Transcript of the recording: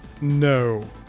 No